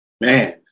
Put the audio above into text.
Man